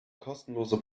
kostenlose